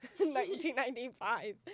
1995